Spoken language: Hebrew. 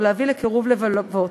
ולהביא לקירוב לבבות.